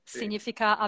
significa